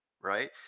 right